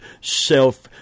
self